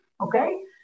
Okay